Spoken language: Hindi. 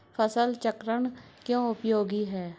फसल चक्रण क्यों उपयोगी है?